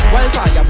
Wildfire